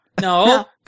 No